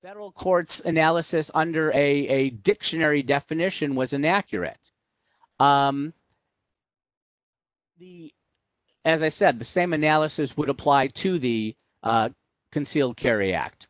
federal courts analysis under a dictionary definition was inaccurate as i said the same analysis would apply to the concealed carry act